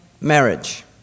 marriage